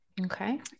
Okay